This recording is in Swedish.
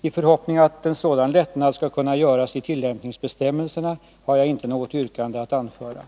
I förhoppningen att en sådan lättnad skall kunna göras i tillämpningsbestämmelserna har jag inte något yrkande att framställa.